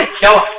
ah tell